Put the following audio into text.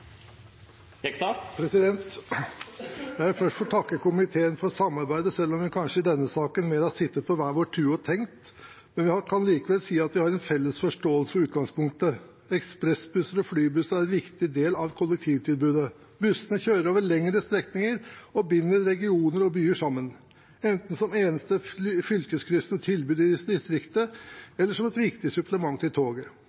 Jeg vil først få takke komiteen for samarbeidet selv om vi kanskje i denne saken mer har sittet på hver vår tue og tenkt, men vi kan likevel si at vi har en felles forståelse for utgangspunktet. Ekspressbusser og flybusser er en viktig del av kollektivtilbudet. Bussene kjører over lengre strekninger og binder regioner og byer sammen, enten som eneste fylkeskryssende tilbud i distriktet